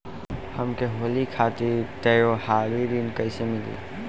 हमके होली खातिर त्योहारी ऋण कइसे मीली?